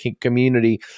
community